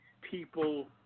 people